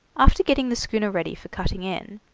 after getting the schooner ready for cutting in,